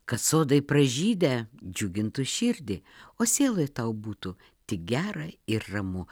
kad sodai pražydę džiugintų širdį o sieloj tau būtų tik gera ir ramu